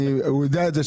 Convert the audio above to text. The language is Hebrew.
הוא יודע את זה,